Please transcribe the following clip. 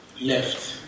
left